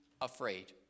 afraid